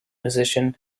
musician